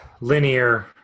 linear